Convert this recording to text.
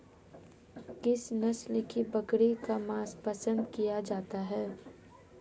किस नस्ल की बकरी का मांस पसंद किया जाता है?